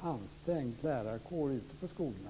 ansträngd lärarkår ute på skolorna.